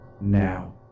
now